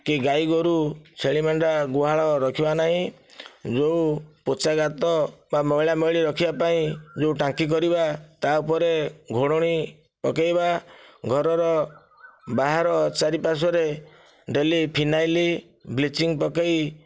କି ଗାଈ ଗୋରୁ ଛେଳି ମେଣ୍ଢା ଗୁହାଳ ରଖିବା ନାହିଁ ଯେଉଁ ପୋଚା ଗାତ ବା ମଇଳା ମଇଳି ରଖିବା ପାଇଁ ଯେଉଁ ଟାଙ୍କି କରିବା ତା ଉପରେ ଘୋଡ଼ଣି ପକାଇବା ଘରର ବାହାର ଚାରିପାର୍ଶ୍ୱରେ ଡେଲି ଫିନାଇଲ ବ୍ଲିଚିଙ୍ଗ ପକାଇ